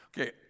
Okay